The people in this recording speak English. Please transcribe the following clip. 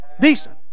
Decent